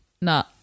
No